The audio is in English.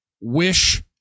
wish